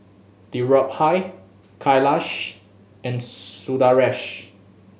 Dhirubhai Kailash and Sundaresh